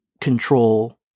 control